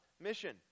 mission